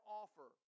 offer